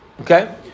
Okay